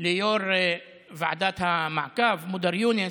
ליו"ר ועדת המעקב מודר יונס,